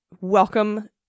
welcome